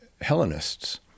Hellenists